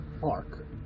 Park